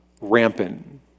rampant